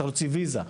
רוצה להוציא ויזה.